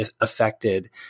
affected